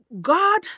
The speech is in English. God